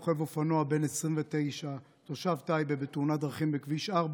נהרג רוכב אופנוע בן 29 תושב טייבה בתאונת דרכים בכביש 4,